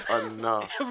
enough